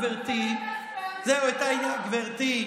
גברתי,